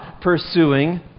pursuing